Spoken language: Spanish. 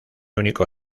único